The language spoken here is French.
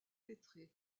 lettré